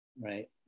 right